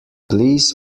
please